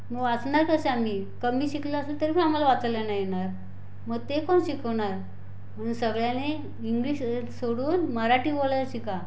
मग वाचणार कसे आम्ही कमी शिकलं असेल तरी पण आम्हाला वाचायला नाही येणार मग ते कोण शिकवणार म्हणून सगळ्याने इंग्लिश सोडून मराठी बोलायला शिका